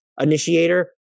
initiator